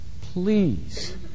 please